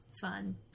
fun